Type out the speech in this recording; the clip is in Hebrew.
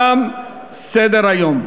תם סדר-היום.